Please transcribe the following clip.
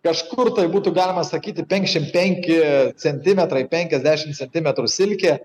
kažkur tai būtų galima sakyti penkiasdešimt penki centimetrai penkiasdešimt centimetrų silkė